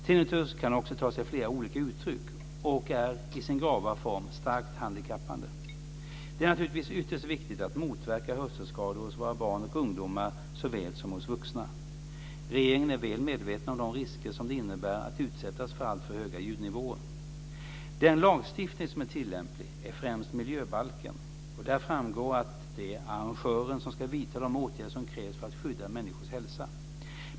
Tinnitus kan också ta sig flera olika uttryck och är i sin grava form starkt handikappande. Det är naturligtvis ytterst viktigt att motverka hörselskador hos våra barn och ungdomar såväl som hos vuxna. Regeringen är väl medveten om de risker som det innebär att utsättas för alltför höga ljudnivåer. Den lagstiftning som är tillämplig är främst miljöbalken och där framgår att det är arrangören som ska vidta de åtgärder som krävs för att skydda människors hälsa.